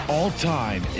All-time